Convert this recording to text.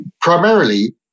Primarily